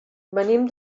venim